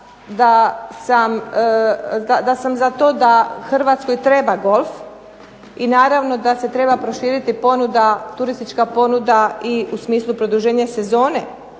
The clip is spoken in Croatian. da sam za to da Hrvatskoj treba golf i naravno da se treba turistička ponuda u smislu produženja sezone.